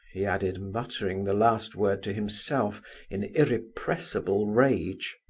he added, muttering the last word to himself in irrepressible rage.